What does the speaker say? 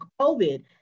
COVID